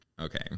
okay